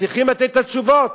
וצריכים לתת את התשובות,